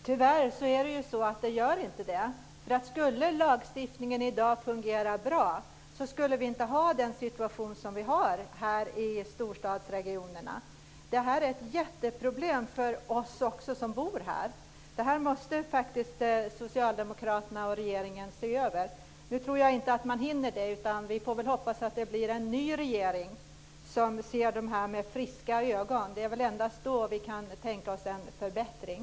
Herr talman! Tyvärr gör den inte det. Skulle lagstiftningen i dag fungera bra skulle vi inte ha den situation som vi nu har i storstadsregionerna. Detta är ett jätteproblem för oss som bor där. Socialdemokraterna och regeringen måste faktiskt se över det här. Jag tror förstås inte att man hinner det nu. Vi får väl hoppas att det blir en ny regering som kan se på problemet med friska ögon. Endast då kan vi tänka oss en förbättring.